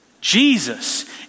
Jesus